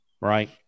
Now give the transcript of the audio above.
right